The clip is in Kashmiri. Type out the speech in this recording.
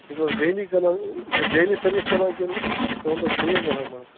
تۄہہِ چھُو حظ ڈیٚلی کَران یہِ چھَا ڈیٚلی سٔروِس چَلان کِنہٕ کانٛہہ دۄہ چھِ بریک آسان منٛزٕ